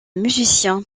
musicien